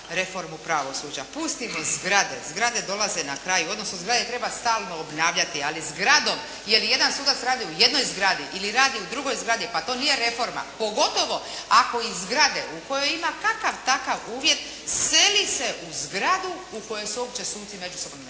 reformu pravosuđa. Pustimo zgrade. Zgrade dolaze na kraju, odnosno zgrade treba stalno obnavljati. Ali zgradom, jel jedan sudac radi u jednoj zgradi ili radi u drugoj zgradi. Pa to nije reforma! Pogotovo iz zgrade u kojoj ima kakav takav uvjet seli se u zgradu u kojoj se uopće suci međusobno ne